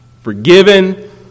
Forgiven